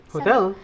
Hotel